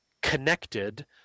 connected